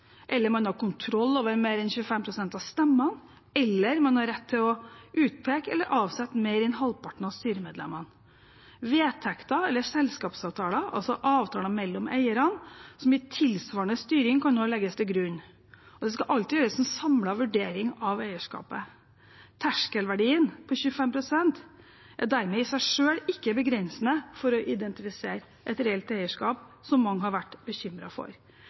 man har kontroll over mer enn 25 pst. av stemmene, eller at man har rett til å utpeke eller avsette mer enn halvparten av styremedlemmene. Vedtekter eller selskapsavtaler, altså avtaler mellom eierne, som gir tilsvarende styring, kan også legges til grunn. Det skal alltid gjøres en samlet vurdering av eierskapet. Terskelverdien på 25 pst. er dermed i seg selv ikke begrensende for å identifisere et reelt eierskap, noe mange har vært bekymret for.